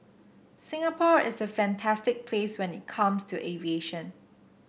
Singapore is a fantastic place when it comes to aviation